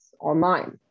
online